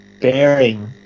bearing